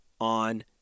on